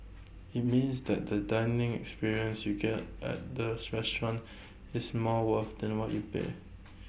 IT means that the dining experience you get at the restaurant is more worth than what you pay